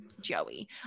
Joey